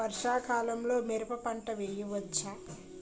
వర్షాకాలంలో మిరప పంట వేయవచ్చా?